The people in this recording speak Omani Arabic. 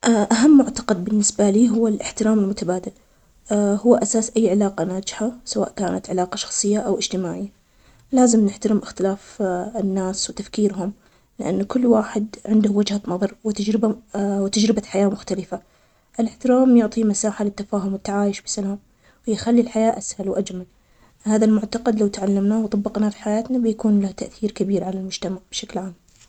المعتقد المهم بالنسبالي هو أهمية الإحترام والتسامح, لازم نتعلم نحترم آراء وأفكار الآخرين, حتى لو كانت مختلفة عن آرائنا وعن أفكارنا, الإحترام يخلق بيئة إيجابية, ويعزز العلاقات بين الناس, التسامح يساعدنا نتجاوز الخلافات ونعيش بسلام, إذا كان كل واحد منا طبق هالمعتقد, نقدر نبني مجتمع أفضل.